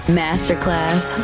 masterclass